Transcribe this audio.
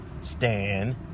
stand